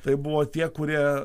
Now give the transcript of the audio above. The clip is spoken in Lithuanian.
tai buvo tie kurie